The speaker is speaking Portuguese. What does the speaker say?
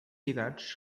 idades